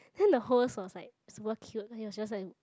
then the host was like super cute then he was just like